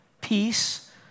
peace